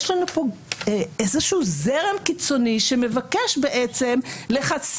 יש לנו פה איזשהו זרם קיצוני שמבקש לחסל